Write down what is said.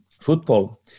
Football